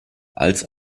als